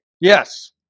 Yes